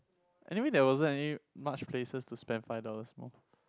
anywhere there was so many much places to spend five dollars more